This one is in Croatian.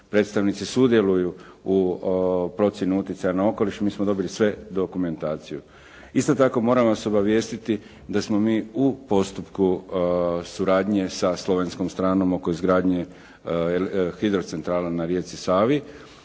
predstavnici sudjeluju u procjeni utjecaja na okoliš. Mi smo dobili sve dokumentaciju. Isto tako moram vas obavijestiti da smo mi u postupku suradnje sa slovenskom stranom oko izgradnje hidrocentrale na rijeci Savi.